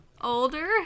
Older